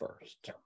first